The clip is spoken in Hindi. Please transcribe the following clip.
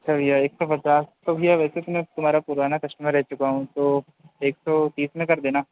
अच्छा भैया एक सौ पचास तो भैया वैसे तो मैं तुम्हारा पुराना कस्टमर रह चुका हूँ तो एक सौ तीस में कर देना